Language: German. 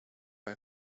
bei